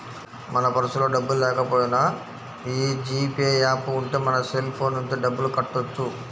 మన పర్సులో డబ్బుల్లేకపోయినా యీ జీ పే యాప్ ఉంటే మన సెల్ ఫోన్ నుంచే డబ్బులు కట్టొచ్చు